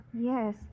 yes